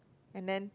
and then